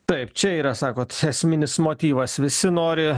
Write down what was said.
taip čia yra sakot esminis motyvas visi nori